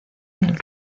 del